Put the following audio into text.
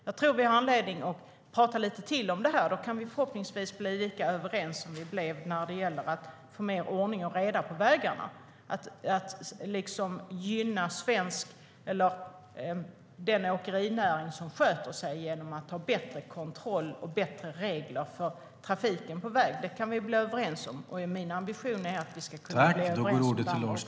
Jag tror att vi har anledning att prata lite till om detta, och då kan vi förhoppningsvis bli lika överens som vi blev när det gäller att få mer ordning och reda på vägarna, att liksom gynna den åkerinäring som sköter sig genom att ha bättre kontroll och bättre regler för trafiken på väg. Det kan vi bli överens om. Min ambition är att vi ska kunna bli överens om det andra också.